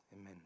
amen